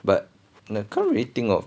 but I can't really think of